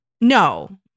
No